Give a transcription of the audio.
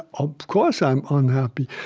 of course, i'm unhappy.